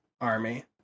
Army